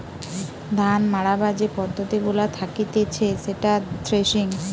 ধান মাড়াবার যে পদ্ধতি গুলা থাকতিছে সেটা থ্রেসিং